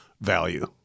value